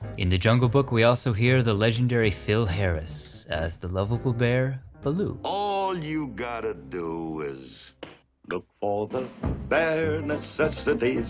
in the jungle book we also hear the legendary phil harris, as the lovable bear, baloo. all you ve gotta do is look for the bare necessities.